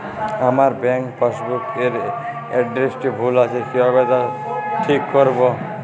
আমার bank passbook এর এড্রেসটি ভুল আছে কিভাবে তা ঠিক করবো?